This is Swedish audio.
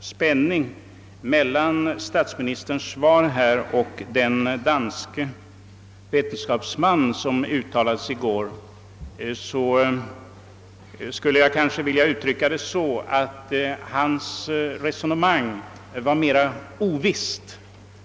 spänning, en viss differens mellan statsministerns svar och den danske vetenskapsmannens uttalande i går, skulle jag vilja uttrycka det så, att den senares resonemang var mer «ovisst.